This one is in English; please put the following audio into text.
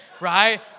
right